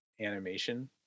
animation